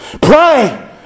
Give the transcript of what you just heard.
Pray